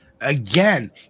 Again